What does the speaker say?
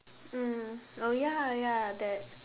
mm oh ya ya that